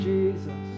Jesus